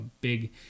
big